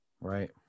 Right